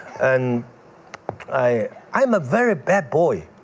and i i am a very bad boy,